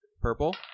Purple